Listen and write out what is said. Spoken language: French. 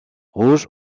rouge